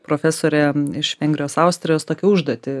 profesore iš vengrijos austrijos tokią užduotį